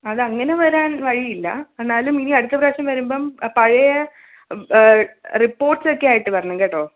അത് അങ്ങനെ വരാൻ വഴിയില്ല എന്നാലും ഇനി അടുത്ത പ്രാവശ്യം വരുമ്പം പഴയ റിപ്പോർട്ട്സ് ഒക്കെയായിട്ട് വരണം കേട്ടോ